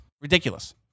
Ridiculous